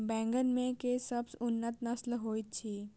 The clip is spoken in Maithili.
बैंगन मे केँ सबसँ उन्नत नस्ल होइत अछि?